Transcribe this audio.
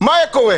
מה היה קורה?